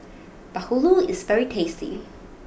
Bahulu is very tasty